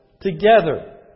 together